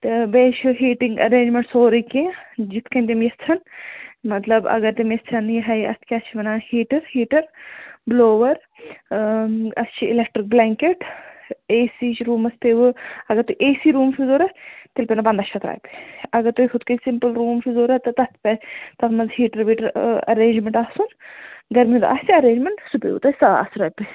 تہٕ بیٚیہِ چھِ ہیٖٹِنٛگ اَرینٛجمٮ۪نٛٹ سورُے کیٚنٛہہ یِتھ کٔنۍ تِم یَژھن مطلب اَگر تِم یَژھن یِہَے اَتھ کیٛاہ چھِ وَنان ہیٖٹہٕ ہیٖٹَر بٕلووَر اَسہِ چھِ اِلٮ۪کٹِرٛک بٕلیںٛکٮ۪ٹ اے سی چھِ روٗمَس تہِ وٕ اَگر تۄہہِ اے سی روٗم چھُو ضوٚرَتھ تیٚلہِ پٮ۪نو پنٛداہ شَتھ رۄپیہِ اَگر تۄہہِ ہُتھ کٔنۍ سِمپٕل روٗم چھُو ضوٚرَتھ تہٕ تَتھ پٮ۪ٹھ تَتھ منٛز ہیٖٹَر ویٖٹَر اَرینٛجمٮ۪نٛٹ آسُن دیٹ میٖنٕز آسہِ اَرینٛجمٮ۪نٛٹ سُہ پیٚیو تۄہہِ ساس رۄپیہِ